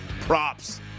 props